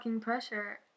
pressure